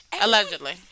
allegedly